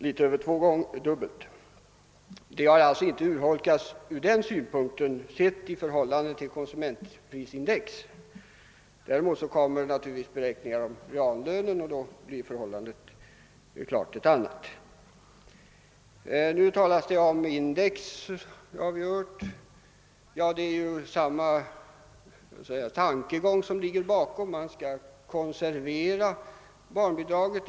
Barnbidraget har alltså inte urholkats i förhållande till konsumentprisindex. Jämför man däremot bidraget med reallöneförändringen blir förhållandet självfallet något annorlunda. När man talar om en indexreglering av barnbidragen är det samma tankegång som ligger bakom. Man skall konservera barnbidraget.